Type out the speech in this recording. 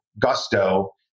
gusto